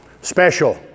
Special